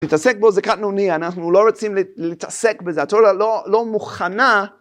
להתעסק בו זה קטנוני, אנחנו לא רוצים להתעסק בזה, התורה לא מוכנה